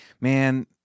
man